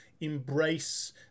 embrace